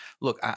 Look